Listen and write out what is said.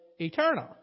eternal